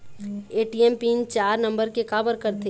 ATM pin चार number के काबर करथे?